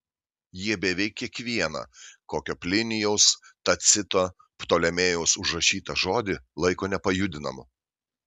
jie beveik kiekvieną kokio plinijaus tacito ptolemėjaus užrašytą žodį laiko nepajudinamu